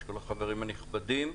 כל החברים הנכבדים.